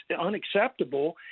unacceptable